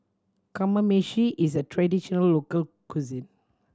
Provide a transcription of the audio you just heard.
Kamameshi is a traditional local cuisine